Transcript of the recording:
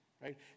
right